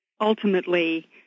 ultimately